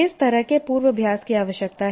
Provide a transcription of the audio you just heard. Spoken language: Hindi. किस तरह के पूर्वाभ्यास की आवश्यकता है